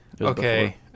Okay